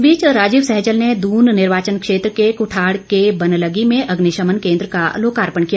इस बीच राजीव सहजल ने दून निर्वाचन क्षेत्र के कुठाड़ के बनलगी में अग्निशमन केन्द्र का लोकार्पण किया